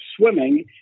swimming